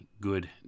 good